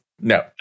no